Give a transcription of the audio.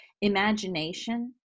imagination